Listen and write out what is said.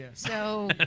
yeah so